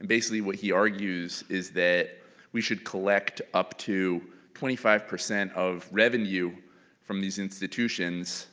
and basically what he argues is that we should collect up to twenty five percent of revenue from these institutions